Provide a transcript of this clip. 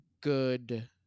good